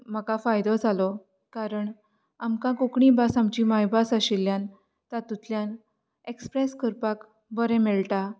म्हाका फायदो जालो कारण आमकां कोंकणी भास आमची मायभास आशिल्ल्यान तातूंतल्यान एक्सप्रेस करपाक बरें मेळटा